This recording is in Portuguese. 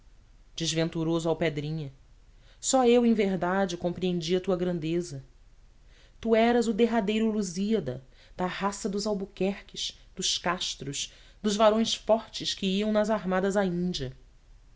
desventuroso alpedrinha só eu em verdade compreendi a tua grandeza tu eras o derradeiro lusíada da raça dos albuquerques dos castros dos varões fortes que iam nas armadas à índia